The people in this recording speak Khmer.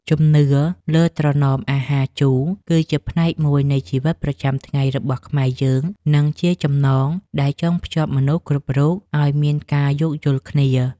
ជំនឿលើត្រណមអាហារជូរគឺជាផ្នែកមួយនៃជីវិតប្រចាំថ្ងៃរបស់ខ្មែរយើង និងជាចំណងដែលចងភ្ជាប់មនុស្សគ្រប់រូបឱ្យមានការយោគយល់គ្នា។